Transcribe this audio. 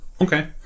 Okay